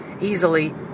easily